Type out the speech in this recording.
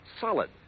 solid